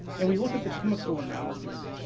and we look at the chemical analysis,